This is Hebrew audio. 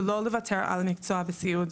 ולא לוותר על המקצוע בסיעוד.